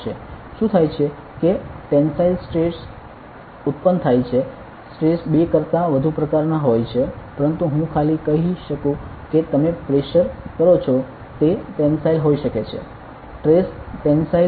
શું થાય છે કે ટેનસાઇલ સ્ટ્રેસ ઉત્પન્ન થાય છે સ્ટ્રેસ બે કરતાં વધુ પ્રકારના હોય છે પરંતુ હું ખાલી કહી શકું કે તમે પ્રેશર કરો છો તે ટેનસાઇલ હોઈ શકે છે સ્ટ્રેસ ટેનસાઇલ હોઈ શકે છે